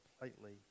completely